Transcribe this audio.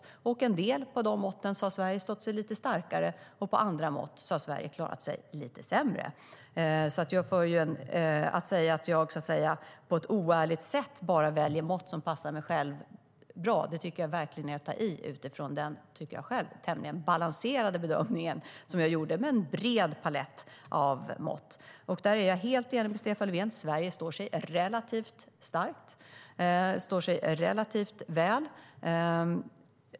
Jag är helt enig med Stefan Löfven: Sverige står relativt starkt, står sig relativt väl.